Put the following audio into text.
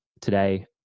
today